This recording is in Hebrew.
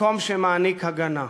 מקום שמעניק הגנה.